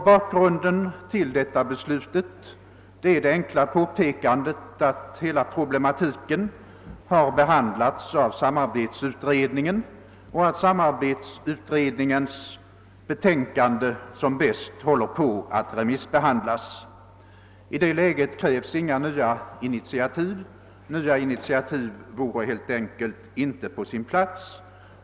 Bakgrunden till detta beslut är det enkla påpekandet att hela problematiken behandlats av samarbetsutredningen och att dennas betänkande som bäst håller på att remissbehandlas. I det läget krävs inga nya initiativ. De vore helt enkelt inte på sin plats.